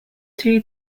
two